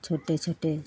छोटे छोटे